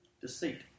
Deceit